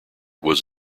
was